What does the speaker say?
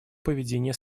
поведения